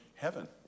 heaven